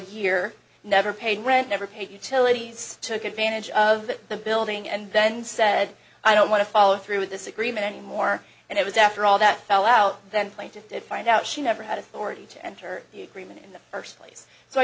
year never paid rent never paid utilities took advantage of that the building and then said i don't want to follow through with this agreement anymore and it was after all that fell out then plaintiff did find out she never had authority to enter the agreement in the first place so i